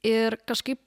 ir kažkaip